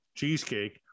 cheesecake